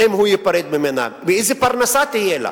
אם הוא ייפרד ממנה, איזו פרנסה תהיה לה.